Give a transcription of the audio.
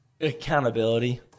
Accountability